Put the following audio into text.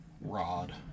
rod